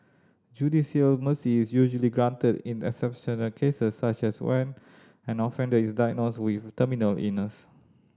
judicial mercy is usually granted in exceptional cases such as when an offender is diagnosed with terminal illness